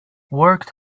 worked